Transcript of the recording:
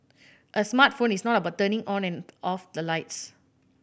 a smart phone is not about turning on and off the lights